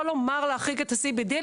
לא לומר: "להחריג את ה-CBD",